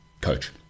coach